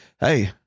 hey